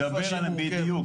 בדיוק.